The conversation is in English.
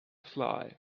fly